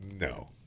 No